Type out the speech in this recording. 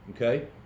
okay